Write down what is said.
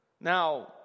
Now